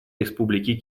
республики